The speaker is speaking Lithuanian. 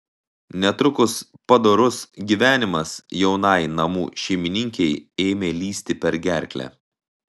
netrukus padorus gyvenimas jaunai namų šeimininkei ėmė lįsti per gerklę